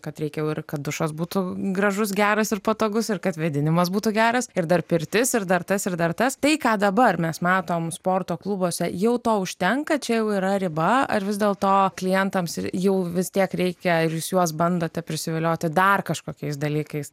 kad reikia ir kad dušas būtų gražus geras ir patogus ir kad vėdinimas būtų geras ir dar pirtis ir dar tas ir dar tas tai ką dabar mes matome sporto klubuose jau to užtenka čia jau yra riba ar vis dėl to klientams ir jau vis tiek reikia ir jūs juos bandote prisivilioti dar kažkokiais dalykais